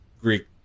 Greek